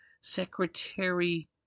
Secretary